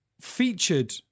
featured